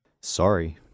Sorry